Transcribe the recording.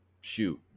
shoot